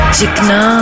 Chikna